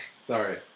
Sorry